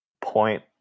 point